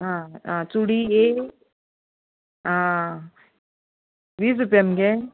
आं आं चुडी एक आं वीस रुपया मगे